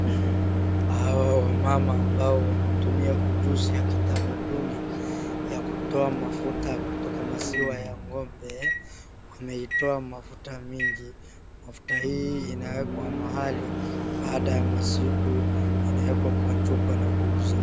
Hawa wamama ambao wanatumia ujuzi ya kitamanduni ya kutoa mafuta kutoka maziwa ya ng'ombe. Wameitoa mafuta mingi. Mafuta hii inaekwa mahali, baada ya masiku inaekwa kwa chupa na kuuza.